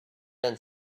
and